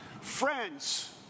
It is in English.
friends